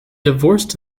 divorced